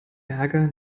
ärger